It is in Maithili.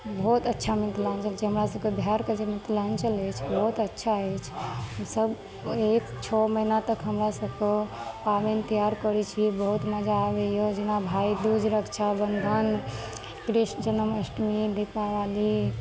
बहुत अच्छा मिथिलाञ्चल छै हमरा सबके बिहारके जे मिथिलाञ्चल अछि बहुत अच्छा अछि सब एक छओ महीना तक हमरा सबके पाबनि त्योहार करै छी बहुत मजा आबैया जेना भाइ दुज रक्षाबन्धन कृष्ण जन्मष्टमी दीपावली